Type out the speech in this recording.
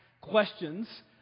questions